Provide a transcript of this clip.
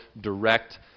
direct